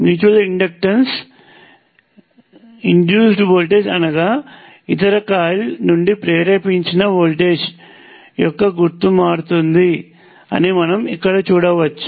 mutually induced voltage అనగా ఇతర coil నుండి ప్రేరేపించిన వోల్టేజ్ యొక్క గుర్తు మారుతుంది అని మనం ఇక్కడ చూడవచ్చు